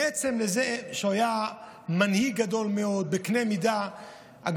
מעבר לזה שהוא היה מנהיג בקנה מידה גדול מאוד,